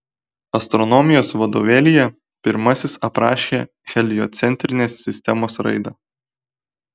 astronomijos vadovėlyje pirmasis aprašė heliocentrinės sistemos raidą